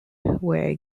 were